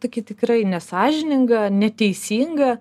tokia tikrai nesąžininga neteisinga